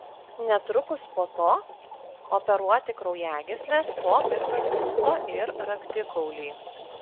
netrukus po to operuoti kraujagysles po mikroinsulto ir raktikaulį